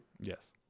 Yes